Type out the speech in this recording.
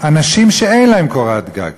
אנשים שאין להם קורת גג,